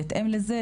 בהתאם לזה,